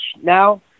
now